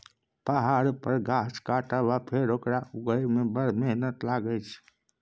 पहाड़ पर गाछ काटब आ फेर ओकरा उगहय मे बड़ मेहनत लागय छै